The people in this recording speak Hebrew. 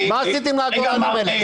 מה עשיתם עם העגורנים האלה?